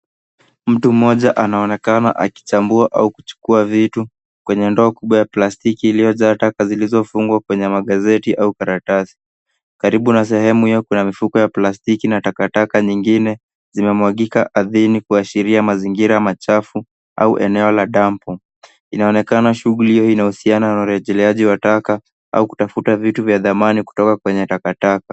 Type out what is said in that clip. Mtu mmoja anaonekana akichambua au kuchukua vitu kwenye ndoo kubwa ya plastiki iliyojaa taka zilizofungwa kwenye magazeti au karatasi. Karibu na sehemu yako na mifuko ya plastiki na takataka nyingine zimemwagika ardhini kuashiria mazingira machafu au eneo la dampo. Inaonekana shughuli hiyo inahusiana na urejeleaji wa taka au kutafuta vitu vya thamani kutoka kwenye takataka.